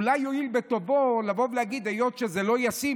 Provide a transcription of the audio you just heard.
ואולי יואיל בטובו לבוא ולהגיד: היות שזה לא ישים,